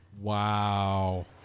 Wow